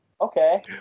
Okay